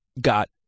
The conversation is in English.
got